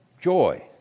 Joy